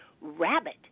rabbit